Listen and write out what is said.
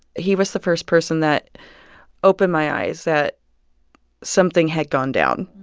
he was the first person that opened my eyes that something had gone down.